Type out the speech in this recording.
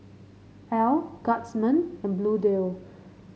Elle Guardsman and Bluedio